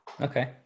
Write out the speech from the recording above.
Okay